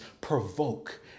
provoke